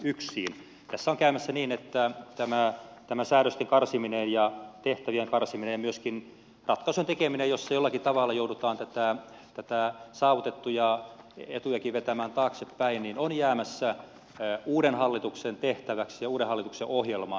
tässä on käymässä niin että tämä säädösten ja tehtävien karsiminen myöskin ratkaisujen tekeminen joissa jollakin tavalla joudutaan näitä saavutettuja etujakin vetämään taaksepäin on jäämässä uuden hallituksen tehtäväksi ja uuden hallituksen ohjelmaan